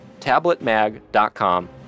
tabletmag.com